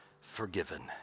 forgiven